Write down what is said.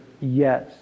yes